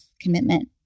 commitment